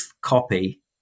copy